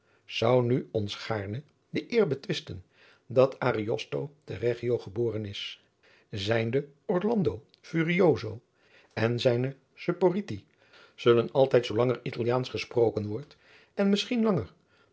zou nu ons gaarne de eer betwisten dat ariosto te reggio geboren is zijne orlando furioso en zijne supporiti zullen altijd zoolang er italiaansch gesproken wordt en misschien langer